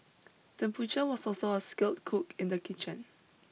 the butcher was also a skilled cook in the kitchen